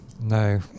No